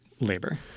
labor